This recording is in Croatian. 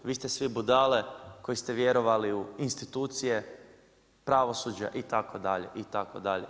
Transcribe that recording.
Vi ste svi budale koji ste vjerovali u institucije pravosuđa itd. itd.